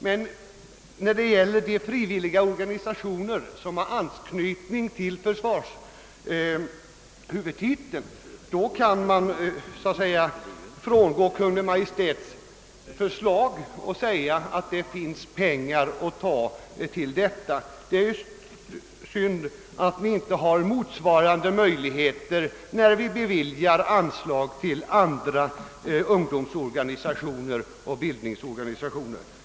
Men när det gäller de frivilliga organisationer som har anknytning till försvarshuvudtiteln, då kan man frångå Kungl. Maj:ts förslag och säga att det finns pengar. Det är synd att vi inte har motsvarande möjligheter när vi beviljar anslag till andra ungdomsoch bildningsorganisationer.